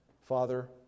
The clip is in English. Father